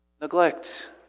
neglect